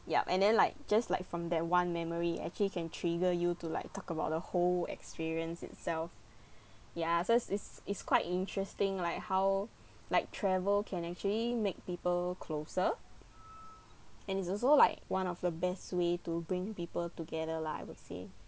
yup and then like just like from that one memory actually can trigger you to like talk about the whole experience itself ya so it's it's quite interesting like how like travel can actually make people closer and it's also like one of the best way to bring people together lah I would say